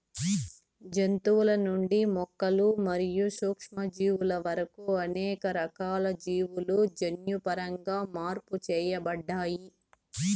జంతువుల నుండి మొక్కలు మరియు సూక్ష్మజీవుల వరకు అనేక రకాల జీవులు జన్యుపరంగా మార్పు చేయబడ్డాయి